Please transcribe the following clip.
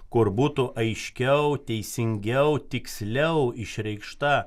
kur būtų aiškiau teisingiau tiksliau išreikšta